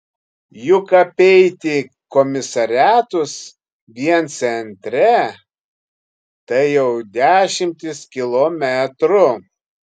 juk apeiti komisariatus vien centre tai jau dešimtys kilometrų